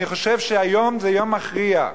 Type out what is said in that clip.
אני חושב שהיום זה יום מכריע.